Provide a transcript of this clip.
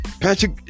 Patrick